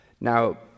Now